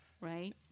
right